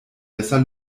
besser